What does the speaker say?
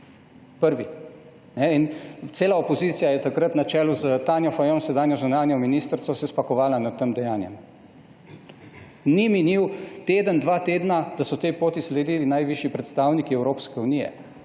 Prvi. Cela opozicija se je takrat na čelu s Tanjo Fajon, sedanjo zunanjo ministrico, spakovala nad tem dejanjem. Ni minil teden, dva tedna, da so tej poti sledili najvišji predstavniki Evropske unije.